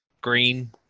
green